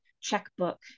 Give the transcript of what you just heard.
checkbook